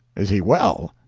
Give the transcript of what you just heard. is he well?